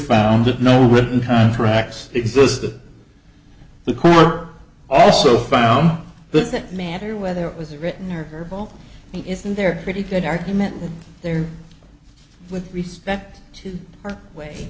that no written contracts existed the cork also found the manner whether it was written or verbal isn't there a pretty good argument there with respect to her way